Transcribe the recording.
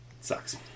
Sucks